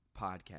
podcast